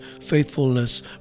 faithfulness